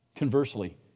Conversely